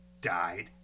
Died